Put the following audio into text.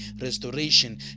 restoration